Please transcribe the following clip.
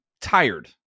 tired